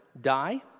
die